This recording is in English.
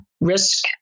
risk